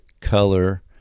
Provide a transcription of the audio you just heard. color